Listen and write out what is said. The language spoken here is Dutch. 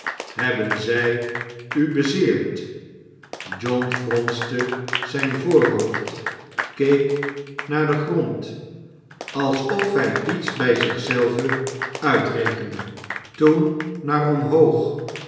hobben zij u bezeerd john fronste zijn voorhoofd keek naarden grond alsof hij iets bij zich zelven uitrekende toen naar om hoog